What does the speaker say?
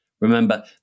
Remember